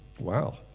Wow